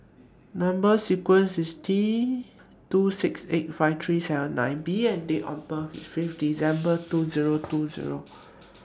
Number sequences IS T two six eight five three seven nine B and Date of birth IS Fifth December two Zero two Zero